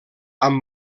amb